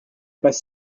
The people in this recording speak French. pas